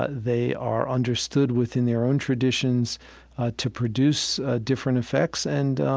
ah they are understood within their own traditions to produce different effects and,